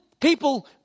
people